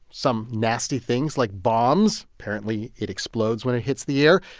some nasty things like bombs apparently, it explodes when it hits the air.